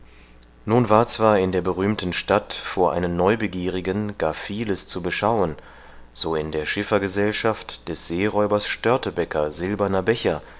nun war zwar in der berühmten stadt vor einen neubegierigen gar vieles zu beschauen so in der schiffergesellschaft des seeräubers störtebeker silberner becher